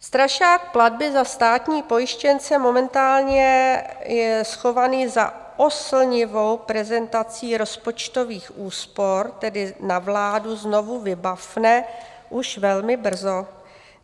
Strašák platby za státní pojištěnce momentálně je schovaný za oslnivou prezentací rozpočtových úspor, tedy na vládu znovu vybafne už velmi brzo,